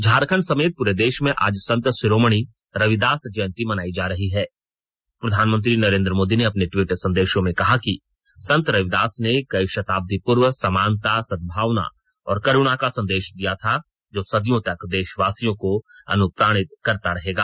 झारखंड समेत पूरे देश में आज संत शिरोमणि रविदास जयंती मनाई जा रही है प्रधानमंत्री नरेन्द्र मोदी ने अपने ट्वीट संदेशों में कहा कि संत रविदास ने कई शताब्दी पूर्व समानता सद्भावना और करुणा का संदेश दिया था जो सदियों तक देशवासियों को अनुप्राणित करता रहेगा